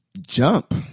JUMP